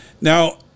Now